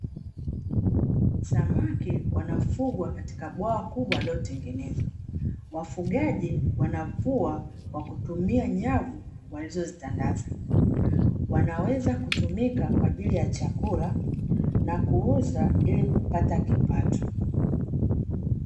Samaki wanafugwa katika bwawa kubwa lililotengenezwa, wafugaji wanavua kwa kutumia nyavu walizozitandaza. Wanaweza kutumika kwa ajili ya chakula na kuuza ili kupata kipato.